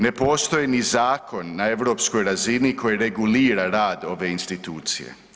Ne postoji ni zakon na europskoj razini koji regulira rad ove institucije.